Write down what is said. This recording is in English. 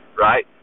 right